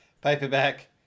Paperback